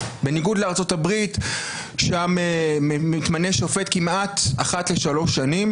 בניגוד לארצות הברית שם מתמנה שופט כמעט אחת לשלוש שנים